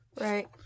Right